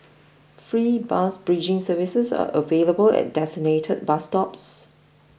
free bus bridging services are available at designated bus stops